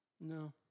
No